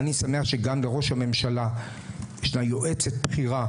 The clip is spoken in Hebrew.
אני שמח שגם לראש הממשלה יש יועצת בכירה,